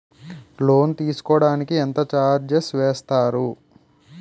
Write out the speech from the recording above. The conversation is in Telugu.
లోన్ తీసుకోడానికి ఎంత చార్జెస్ వేస్తారు?